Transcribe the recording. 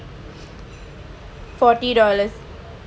forty dollars